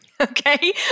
Okay